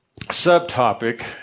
subtopic